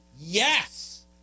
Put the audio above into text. Yes